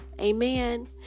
amen